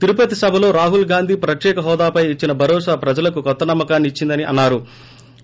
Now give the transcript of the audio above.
తిరుపతి సభలో రాహుల్ గాంధ్ ప్రత్యేక హోదాపై ఇచ్చిన భరోసా ప్రజలకు కొత్త నమ్మకాన్ని ఇచ్చిందని అన్నారు